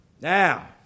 Now